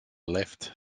left